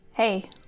Hey